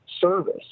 service